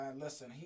listen